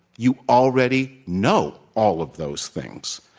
you already know all of those things.